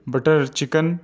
butter chicken